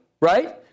right